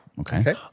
Okay